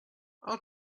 are